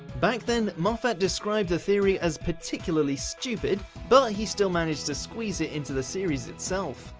back then, moffat described the theory as particularly stupid, but he still managed to squeeze it into the series itself.